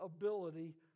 ability